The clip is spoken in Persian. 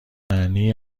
معنی